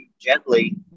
gently